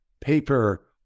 paper